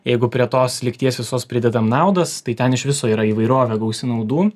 jeigu prie tos lygties visos pridedam naudas tai ten iš viso yra įvairovė gausi naudų